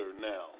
now